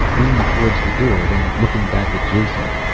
leaning towards the door, then looking back at jason.